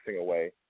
away